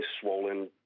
swollen